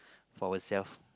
for our self